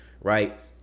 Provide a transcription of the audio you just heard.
Right